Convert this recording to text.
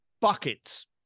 Buckets